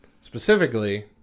Specifically